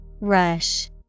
Rush